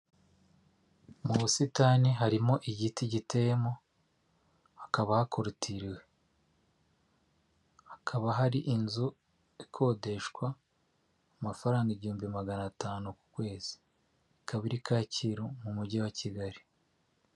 Mu busitani harimo igiti giteyemo, hakaba hakorutiriye, hakaba hari inzu ikodeshwa amafaranga igihumbi magana atanu ku kwezi, ikaba iri Kacyiru mu mujyi wa kigali.